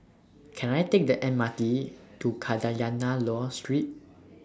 Can I Take The M R T to Kadayanallur Street